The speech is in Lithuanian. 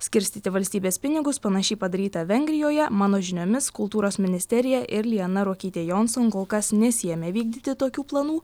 skirstyti valstybės pinigus panašiai padaryta vengrijoje mano žiniomis kultūros ministerija ir liana ruokytė jonson kol kas nesiėmė vykdyti tokių planų